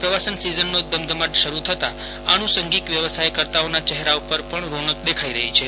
પ્રવાસન સીઝનનો ધમધમાટ શરૂ થતાં આનુષંગિક વ્યવસાયકર્તાઓના ચહેરા પર પણ રોનક દેખાઇ રહી છે